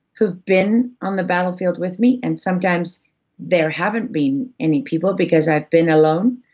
who've been on the battlefield with me, and sometimes there haven't been any people, because i've been alone,